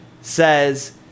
says